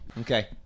Okay